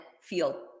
feel